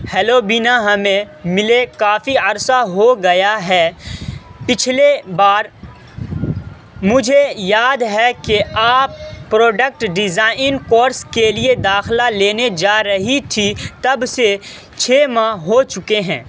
hello Bina ہمیں ملے کافی عرصہ ہو گیا ہے پچھلے بار مجھے یاد ہے کہ آپ پروڈکٹ ڈیزائن کورس کے لیے داخلہ لینے جا رہی تھی تب سے چھ ماہ ہو چکے ہیں